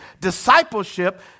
discipleship